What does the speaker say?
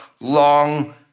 long